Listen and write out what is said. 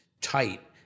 tight